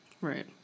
Right